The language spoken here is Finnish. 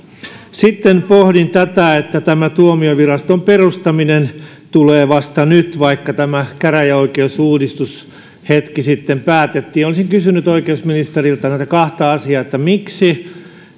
sitten pohdin sitä että tämä tuomioviraston perustaminen tulee vasta nyt vaikka käräjäoikeusuudistus hetki sitten päätettiin olisin kysynyt oikeusministeriltä kahta asiaa miksi